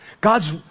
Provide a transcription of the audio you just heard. God's